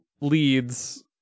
leads